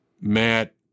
Matt